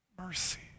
mercy